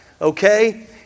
okay